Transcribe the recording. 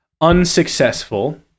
unsuccessful